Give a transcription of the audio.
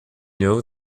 know